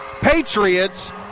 Patriots